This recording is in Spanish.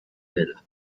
vela